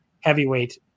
heavyweight